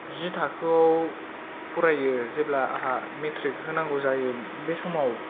जि थाखोआव फरायो जेब्ला आंहा मेट्रिक होनांगौ जायो बे समाव